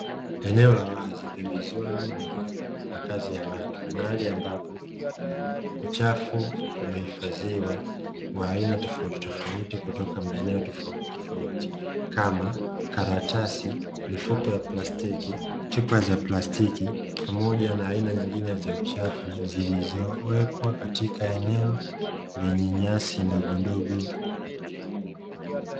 Eneo la wazi pembezoni mwa makazi ya watu mahali ambapo uchafu umehifadhiwa wa aina tofauti tofauti kutoka maeneo tofauti tofauti kama: karatasi, mifuko ya plastiki, chupa za plastiki pamoja na aina nyingine za uchafu zilizowekwa katika eneo lenye nyasi ndogo ndogo.